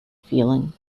feeling